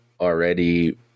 already